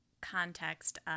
context